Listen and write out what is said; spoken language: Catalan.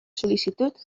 sol·licitud